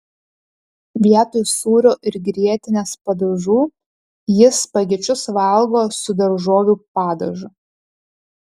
vietoj sūrio ar grietinės padažų ji spagečius valgo su daržovių padažu